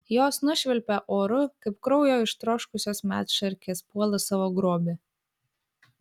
jos nušvilpė oru kaip kraujo ištroškusios medšarkės puola savo grobį